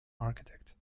architect